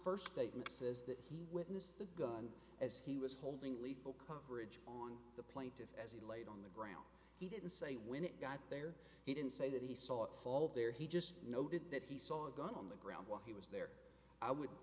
first statement says that he witnessed the gun as he was holding lethal coverage on the plaintiff as a on the ground he didn't say when it got there he didn't say that he saw it fall there he just noted that he saw a gun on the ground while he was there i would